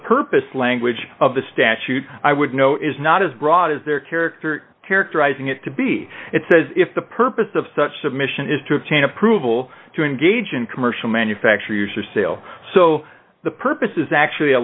purpose language of the statute i would know is not as broad as their character characterizing it to be it says if the purpose of such submission is to obtain approval to engage in commercial manufacture use or sale so the purpose is actually a